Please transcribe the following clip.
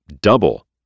double